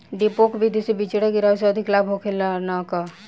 डेपोक विधि से बिचड़ा गिरावे से अधिक लाभ होखे की न?